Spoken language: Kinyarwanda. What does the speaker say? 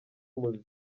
umuze